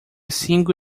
cinco